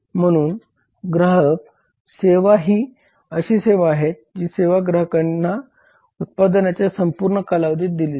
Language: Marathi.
म्हणून ग्राहक सेवा ही अशा सेवा आहेत जी सेवा ग्राहकांना उत्पादनाच्या संपूर्ण कालावधीत दिली जाते